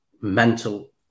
mental